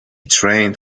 trained